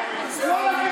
חברי הכנסת, אנא,